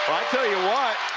tell you what,